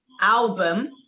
album